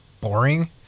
boring